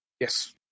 yes